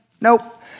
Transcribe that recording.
Nope